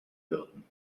würden